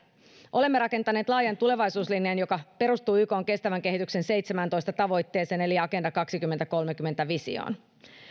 olemme rakentaneet laajan tulevaisuuslinjan joka perustuu ykn kestävän kehityksen seitsemääntoista tavoitteeseen eli agenda kaksituhattakolmekymmentä visioon ykn